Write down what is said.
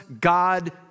God